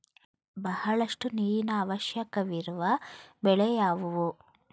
ಬಹಳಷ್ಟು ನೀರಿನ ಅವಶ್ಯಕವಿರುವ ಬೆಳೆ ಯಾವುವು?